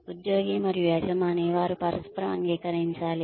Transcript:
ఉద్యోగి మరియు యజమాని వారు పరస్పరం అంగీకరించాలి